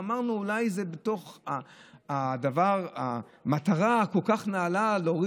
ואמרנו: אולי בתוך המטרה הכל-כך נעלה להוריד